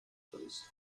faced